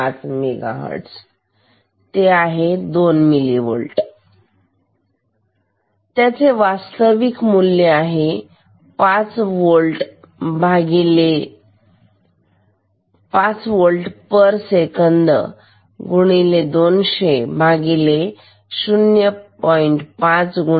5 MHz 2 mV वास्तविक मूल्य 5 vsec x 200 0